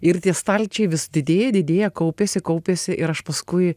ir tie stalčiai vis didėja didėja kaupiasi kaupiasi ir aš paskui